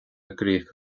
gcrích